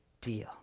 deal